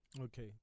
Okay